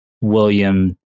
William